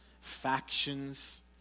factions